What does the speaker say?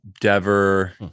Dever